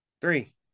Three